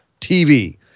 TV